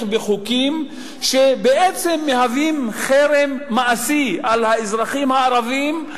בחוקים שבעצם מהווים חרם מעשי על האזרחים הערבים.